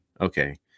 okay